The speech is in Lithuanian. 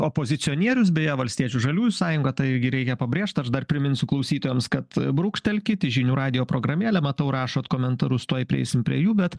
opozicionierius beje valstiečių žaliųjų sąjunga taigi reikia pabrėžt aš dar priminsiu klausytojams kad brūkštelkit į žinių radijo programėlę matau rašot komentarus tuoj prieisim prie jų bet